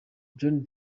john